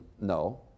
no